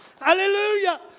Hallelujah